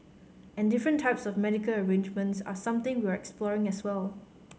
and different types of medical arrangements are something we're exploring as well